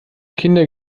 kinder